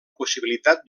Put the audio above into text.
possibilitat